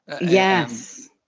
Yes